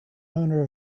owner